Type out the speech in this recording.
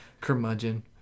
Curmudgeon